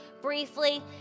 briefly